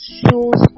shows